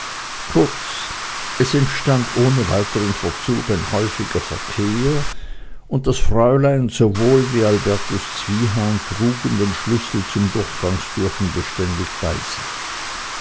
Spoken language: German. kurz es entstand ohne weitern verzug ein häufiger verkehr und das fräulein sowohl wie albertus zwiehan trugen den schlüssel zum durchgangstürchen beständig bei sich